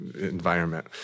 environment